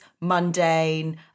mundane